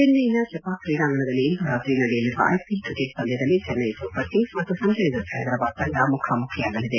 ಚೆನ್ನೈನ ಚೆಪಾಕ್ ಕ್ರೀಡಾಂಗಣದಲ್ಲಿ ಇಂದು ರಾತ್ರಿ ನಡೆಯಲಿರುವ ಐಪಿಎಲ್ ಕ್ರಿಕೆಟ್ ಪಂದ್ಯದಲ್ಲಿ ಚೆನ್ನೈ ಸೂಪರ್ ಕಿಂಗ್ಸ್ ಮತ್ತು ಸನ್ರೈಸರ್ಸ್ ಹೈದರಾಬಾದ್ ತಂದ ಮುಖಾಮುಖಿಯಾಗಲಿದೆ